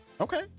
Okay